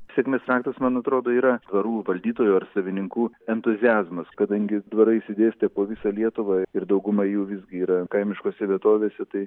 sėkmės raktas man atrodo yra dvarų valdytojų ir savininkų entuziazmas kadangi dvarai išsidėstę po visą lietuvą ir dauguma jų visgi yra kaimiškose vietovėse tai